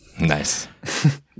Nice